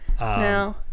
No